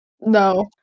No